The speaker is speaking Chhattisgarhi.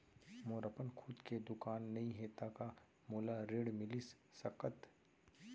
मोर अपन खुद के दुकान नई हे त का मोला ऋण मिलिस सकत?